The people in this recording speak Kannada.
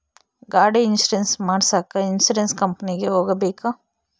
ಗಾಡಿ ಇನ್ಸುರೆನ್ಸ್ ಮಾಡಸಾಕ ಇನ್ಸುರೆನ್ಸ್ ಕಂಪನಿಗೆ ಹೋಗಬೇಕಾ?